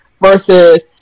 versus